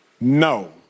No